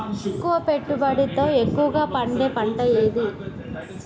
తక్కువ పెట్టుబడితో ఎక్కువగా పండే పంట ఏది?